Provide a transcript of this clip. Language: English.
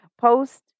Post